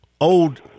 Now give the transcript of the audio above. old